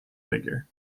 figure